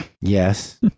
Yes